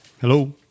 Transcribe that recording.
Hello